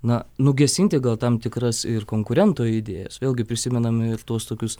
na nugesinti gal tam tikras ir konkurento idėjas vėlgi prisimenam ir tuos tokius